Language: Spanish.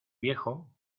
viejo